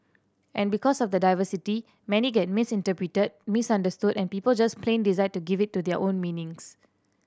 and because of the diversity many get misinterpreted misunderstood and people just plain decide to give it their own meanings